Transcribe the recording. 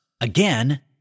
again